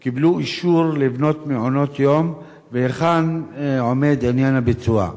קיבלו אישור לבנות מעונות יום והיכן עומד עניין הביצוע?